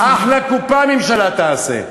תאמין לי, אחלה קופה הממשלה תעשה.